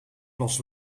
plas